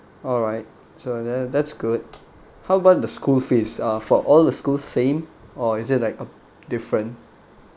alright so then that's good how about the school fees uh for all the school same or is it like uh different